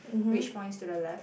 which points to the left